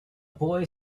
boy